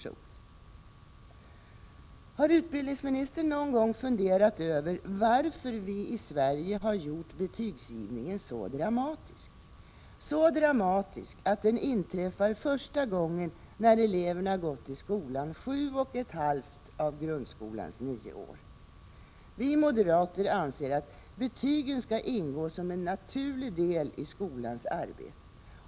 Har utbildningsministern någon gång funderat över varför vi i Sverige gjort betygsgivningen så dramatisk? Så dramatisk att den inträffar första gången när eleverna gått i skolan sju och ett halvt av grundskolans nio år. Vi moderater anser att betygen skall ingå som en naturlig del i skolans arbete.